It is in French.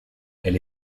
elle